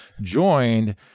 joined